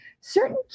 certain